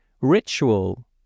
ritual